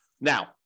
Now